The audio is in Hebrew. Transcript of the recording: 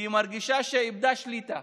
היא מרגישה שהיא איבדה שליטה.